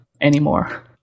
anymore